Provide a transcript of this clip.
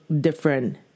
different